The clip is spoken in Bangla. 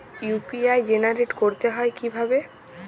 ইউ.পি.আই জেনারেট করতে হয় কিভাবে?